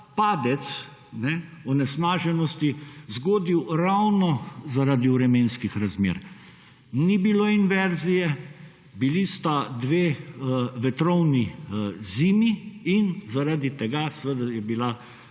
padec onesnaženosti zgodil ravno zaradi vremenskih razmer. Ni bilo inverzije, bili sta dve vetrovni zimi in zaradi tega je bila